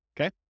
okay